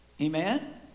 Amen